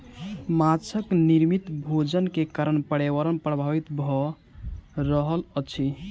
माँछक निर्मित भोजन के कारण पर्यावरण प्रभावित भ रहल अछि